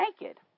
naked